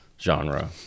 genre